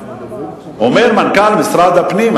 אומר מנכ"ל משרד הפנים,